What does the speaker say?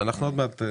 אם יש אגרה, על מה יש